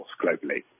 globally